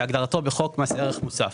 כהגדרתו בחוק מס ערך מוסף.